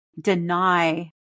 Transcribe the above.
deny